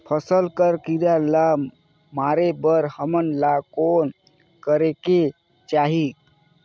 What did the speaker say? फसल कर कीरा ला मारे बर हमन ला कौन करेके चाही?